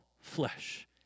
flesh